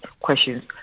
questions